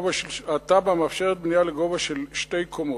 התב"ע מאפשרת בנייה לגובה של שתי קומות.